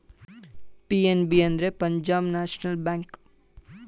PNB ಅಂದ್ರೆ Punjab National bank